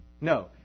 No